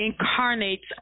incarnates